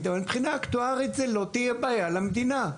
ומבחינה אקטוארית רואים שלא תהיה בעיה למדינה,